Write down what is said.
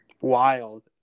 Wild